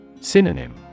Synonym